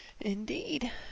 Indeed